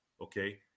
okay